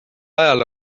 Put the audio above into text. ajal